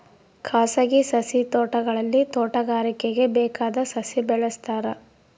ಖಾಸಗಿ ಸಸಿ ತೋಟಗಳಲ್ಲಿ ತೋಟಗಾರಿಕೆಗೆ ಬೇಕಾದ ಸಸಿ ಬೆಳೆಸ್ತಾರ